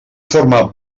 forma